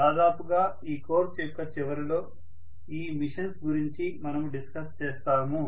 దాదాపుగా ఈ కోర్స్ యొక్క చివరలో ఈ మెషిన్స్ గురించి మనము డిస్కస్ చేస్తాము